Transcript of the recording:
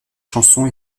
chansons